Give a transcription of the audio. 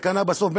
וקנה בסוף,